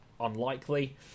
unlikely